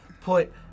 put